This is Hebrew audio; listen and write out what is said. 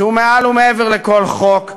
שהוא מעל ומעבר לכל חוק.